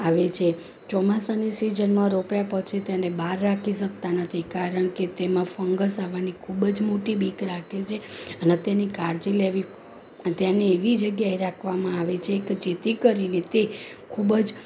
આવે છે ચોમાસાની સિઝનમાં રોપ્યા પછી તેને બહાર રાખી શકતા નથી કારણ કે તેમાં ફંગસ આવવાની ખૂબ જ મોટી બીક લાગે છે અને તેની કાળજી લેવી તેને એવી જગ્યાએ રાખવામાં આવે છે કે જેથી કરીને તે ખૂબ જ